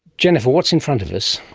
jennifer, what's in front of us?